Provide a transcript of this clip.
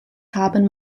haben